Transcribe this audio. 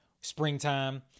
Springtime